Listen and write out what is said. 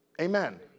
Amen